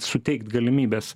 suteikt galimybės